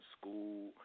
school